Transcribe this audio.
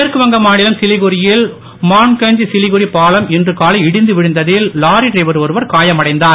மேற்குவங்க மாநிலம் சிலிகுரியில் மான்கஞ்ச் சிலிகுரி பாலம் இன்று காலை இடிந்து விழுந்ததில் லாரி டிரைவர் ஒருவர் காயமடைந்தார்